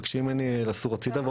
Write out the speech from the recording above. מבקשים ממני לסור הצידה,